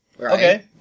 Okay